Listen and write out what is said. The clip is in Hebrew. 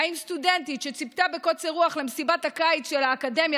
האם סטודנטית שציפתה בקוצר רוח למסיבת הקיץ של האקדמיה